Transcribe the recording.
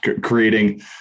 Creating